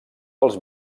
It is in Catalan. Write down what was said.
als